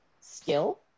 skill